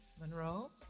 Monroe